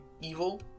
evil